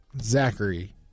Zachary